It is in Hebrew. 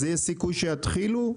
יש סיכוי שיתחילו?